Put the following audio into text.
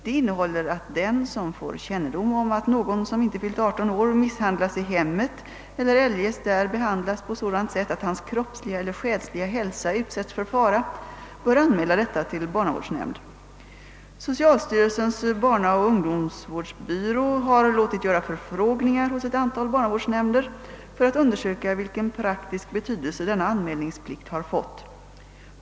Det innehåller att den, som får kännedom om att någon som inte fyllt aderton år misshandlas i hemmet eller eljest där behandlas på sådant sätt, att hans kroppsliga eller själsliga hälsa utsätts för fara, bör anmäla detta till barnavårdsnämnd. Socialstyrelsens barnaoch ungdomsvårdsbyrå har låtit göra förfrågningar hos ett antal barnavårdsnämnder för att undersöka vilken praktisk betydelse denna anmälningsplikt har fått.